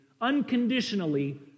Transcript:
unconditionally